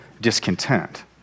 discontent